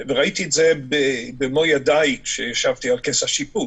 וראיתי את זה במו עיניי כשישבתי על כס השיפוט